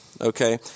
Okay